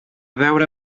veure